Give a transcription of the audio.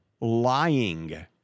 lying